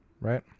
right